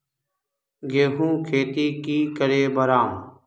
गेंहू खेती की करे बढ़ाम?